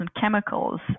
chemicals